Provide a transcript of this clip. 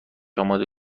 آماده